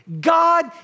God